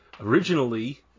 Originally